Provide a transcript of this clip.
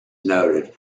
noted